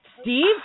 Steve